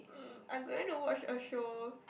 um I going to watch a show